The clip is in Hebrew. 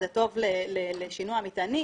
זה טוב לשינוע מטענים,